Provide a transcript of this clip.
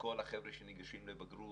וכל החבר'ה שניגשים לבגרות,